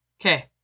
Okay